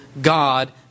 God